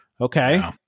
okay